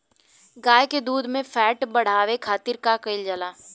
गाय के दूध में फैट बढ़ावे खातिर का कइल जाला?